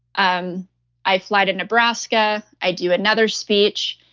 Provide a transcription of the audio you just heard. um i fly to nebraska, i do another speech,